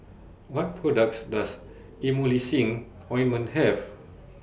What products Does Emulsying Ointment Have